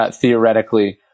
theoretically